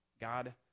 God